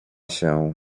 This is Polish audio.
się